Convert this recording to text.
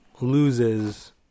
loses